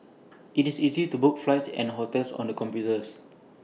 IT is easy to book flights and hotels on the computers